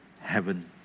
heaven